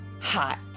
hot